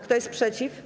Kto jest przeciw?